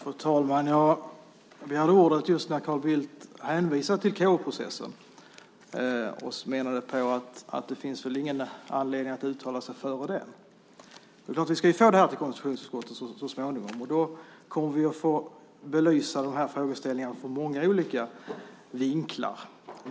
Fru talman! Jag begärde ordet just när Carl Bildt hänvisade till KU-processen och menade att det inte finns någon anledning att uttala sig innan den. Vi ska ju få den här frågan till konstitutionsutskottet så småningom och då kommer vi att få belysa de här frågeställningarna från många olika vinklar.